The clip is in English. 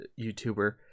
youtuber